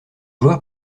joueur